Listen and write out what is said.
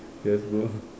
we have to